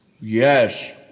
yes